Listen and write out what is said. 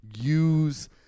use